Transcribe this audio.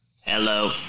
Hello